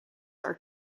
are